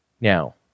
Now